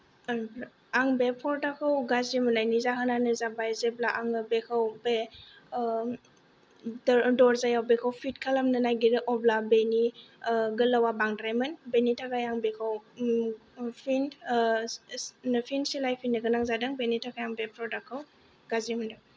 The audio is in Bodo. आं बे फर्दाखौ गाज्रि मोननायनि जाहोनानो जाबाय जेब्ला आङो बेखौ बे दरजायाव बेखौ फित खालामनो नागिरो अब्ला बेनि गोलावआ बांद्रायमोन बेनि थाखाय आं बेखौ फिन फिन सिलायफिन्नो गोनां जादों बेनि थाखाय आं बे प्रदाक्तखौ गाज्रि मोनो